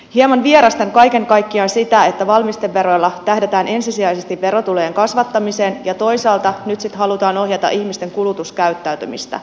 hieman vierastan kaiken kaikkiaan sitä että valmisteveroilla tähdätään ensisijaisesti verotulojen kasvattamiseen ja toisaalta nyt sitten halutaan ohjata ihmisten kulutuskäyttäytymistä